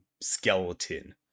skeleton